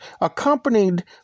accompanied